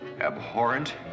abhorrent